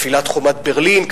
נפילת חומת ברלין,